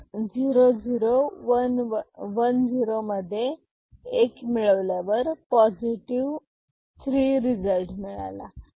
म्हणून 0 0 1 0 मध्ये एक मिळविल्यावर पॉझिटिव 3 रिझल्ट मिळाला